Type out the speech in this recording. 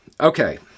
Okay